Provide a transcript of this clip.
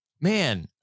man